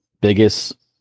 biggest